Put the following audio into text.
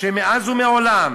שמאז ומעולם